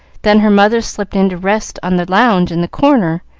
then her mother slipped in to rest on the lounge in the corner,